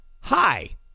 hi